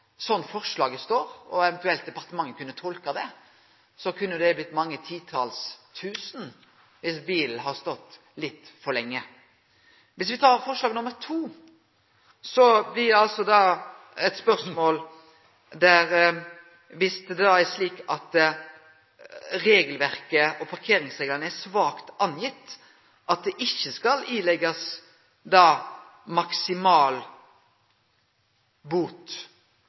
forslaget står, og slik eventuelt departementet kunne tolke det, kunne det blitt mange titals tusen dersom bilen har stått litt for lenge. Dersom me ser på forslag nr. 2, står det der at dersom regelverket og parkeringsreglane er «svakt angitt», skal det ikkje skrivast ut maksimal bot.